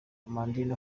amandine